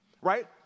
right